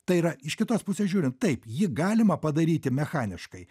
tai yra iš kitos pusės žiūrint taip jį galima padaryti mechaniškai